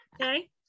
okay